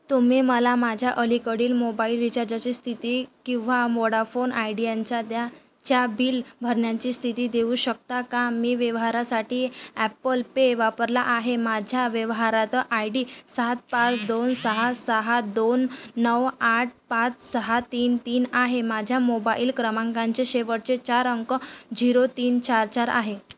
तुम्ही मला माझ्या अलीकडील मोबाईल रिचार्जाची स्थिती किंवा मोडाफोन आयडियांच्या द्या च्या बिल भरण्याची स्थिती देऊ शकता का मी व्यवहारासाठी ॲप्पल पे वापरला आहे माझ्या व्यवहारात आय डी सात पाच दोन सहा सहा दोन नऊ आठ पाच सहा तीन तीन आहे माझ्या मोबाईल क्रमांकांचे शेवटचे चार अंक झिरो तीन चार चार आहे